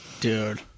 Dude